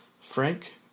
Frank